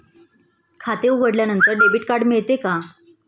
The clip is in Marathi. खाते उघडल्यानंतर डेबिट कार्ड मिळते का?